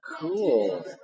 cool